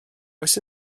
oes